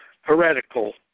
heretical